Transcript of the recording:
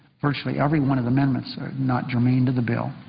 virtually every one of the amendments are not germane to the bill,